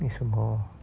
为什么